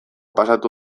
pasatu